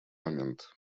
момент